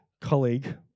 colleague